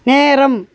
நேரம்